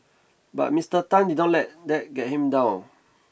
but Mister Tan did not let that get him down